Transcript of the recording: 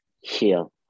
heal